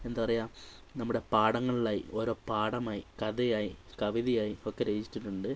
എന്താ പറയുക നമ്മുടെ പാഠങ്ങളിലായി ഓരോ പാഠമായി കഥയായി കവിതയായി ഒക്കെ രചിച്ചിട്ടുണ്ട്